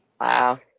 Wow